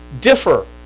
differ